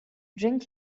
drink